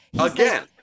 again